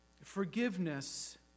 Forgiveness